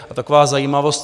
A taková zajímavost.